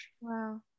wow